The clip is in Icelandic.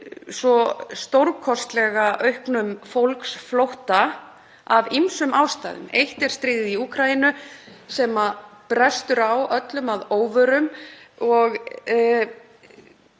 stórkostlega auknum fólksflótta af ýmsum ástæðum er stríðið í Úkraínu, sem brestur á öllum að óvörum og